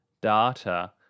data